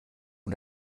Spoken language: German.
und